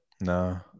No